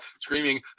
screaming